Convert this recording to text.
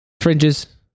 Fringes